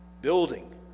building